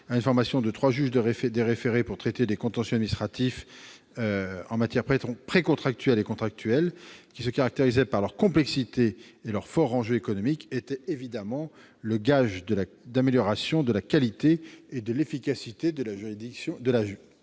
à une formation de trois juges des référés pour traiter des contentieux administratifs de référés en matière précontractuelle et contractuelle, qui se caractérisent par leur complexité et leurs forts enjeux économiques, est évidemment un gage d'amélioration de la qualité et de l'efficacité de la justice